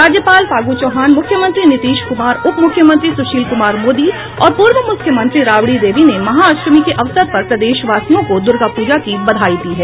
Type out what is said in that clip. राज्यपाल फागू चौहान मुख्यमंत्री नीतीश कुमार उप मुख्यमंत्री सुशील कुमार मोदी और पूर्व मुख्यमंत्री राबड़ी देवी ने महाअष्टमी के अवसर पर प्रदेशवासियों को दुर्गा पूजा की बधाई दी है